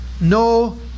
no